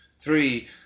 Three